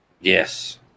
Yes